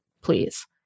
Please